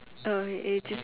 oh it it just